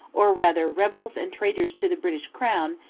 or rather rebels and traitors to the british crown,